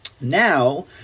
Now